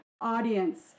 audience